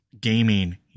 gaming